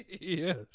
Yes